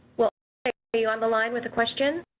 well, are you on the line with a question.